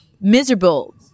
miserable